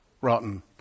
rotten